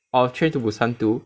orh Train to Busan two